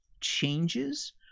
changes